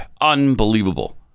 unbelievable